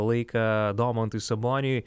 laiką domantui saboniui